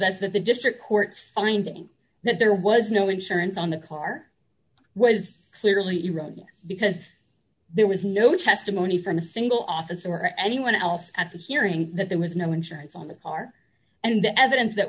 shows that the district court finding that there was no insurance on the car was clearly eroding because there was no testimony from a single officer or anyone else at that hearing that there was no insurance on the car and the evidence that